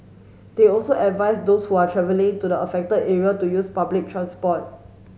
they also advise those who are travelling to the affected area to use public transport